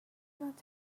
not